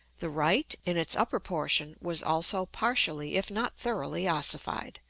the right, in its upper portion, was also partially, if not thoroughly, ossified,